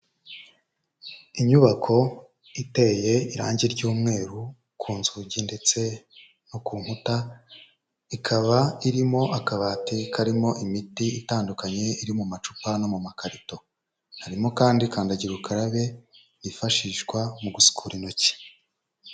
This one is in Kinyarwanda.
Inyubako iteye irangi ry'umweru ku nzugi ndetse no ku nkuta. Ikaba irimo akabati karimo imiti itandukanye iri mu macupa no mu makarito. Harimo kandi kandagira ukarabe yifashishwa mu gusukura intoki.